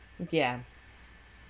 yeah